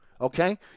Okay